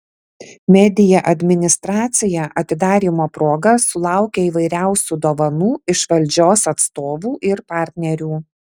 media administracija atidarymo proga sulaukė įvairiausių dovanų iš valdžios atstovų ir partnerių